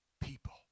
people